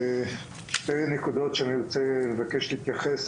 שתי נקודות שאני רוצה לבקש להתייחס.